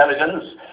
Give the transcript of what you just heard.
Intelligence